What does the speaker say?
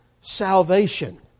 salvation